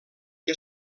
que